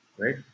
right